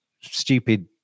stupid